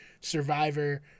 survivor